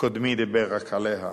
קודמי דיבר רק עליה.